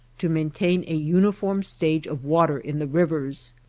to main tain a uniform stage of water in the rivers.